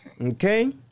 Okay